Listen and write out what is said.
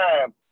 time